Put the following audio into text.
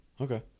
okay